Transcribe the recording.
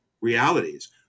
realities